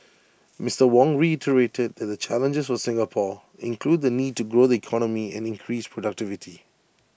Mister Wong reiterated that the challenges for Singapore include the need to grow the economy and increase productivity